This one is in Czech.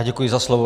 Děkuji za slovo.